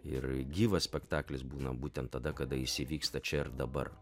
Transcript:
ir gyvas spektaklis būna būtent tada kada jis įvyksta čia ir dabar